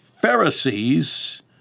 Pharisees